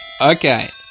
Okay